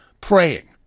praying